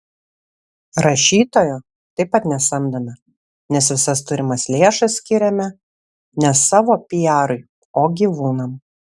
rašytojo taip pat nesamdome nes visas turimas lėšas skiriame ne savo piarui o gyvūnams